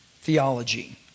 theology